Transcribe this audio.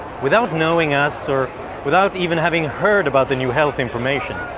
without knowing us, or without even having heard about the new health information,